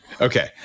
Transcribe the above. Okay